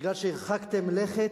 כיוון שהרחקתם לכת,